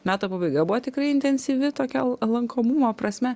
metų pabaiga buvo tikrai intensyvi tokia lankomumo prasme